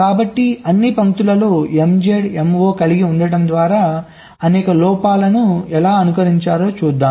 కాబట్టి అన్ని పంక్తులలో MZ Mo కలిగి ఉండటం ద్వారా అనేక లోపాలను ఎలా అనుకరించారు చూద్దాం